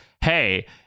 hey